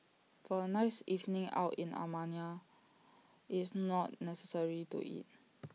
for A nice evening out in Armenia IT is not necessary to eat